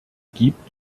gibt